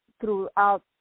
throughout